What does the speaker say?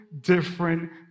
different